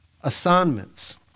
assignments